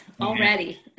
already